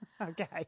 Okay